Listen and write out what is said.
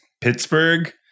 Pittsburgh